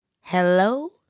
Hello